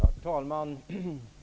Herr talman!